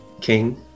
King